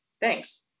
Thanks